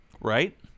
Right